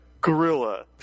Gorilla